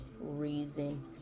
reason